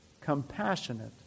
compassionate